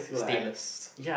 stateless